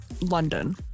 London